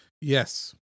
Yes